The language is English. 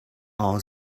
all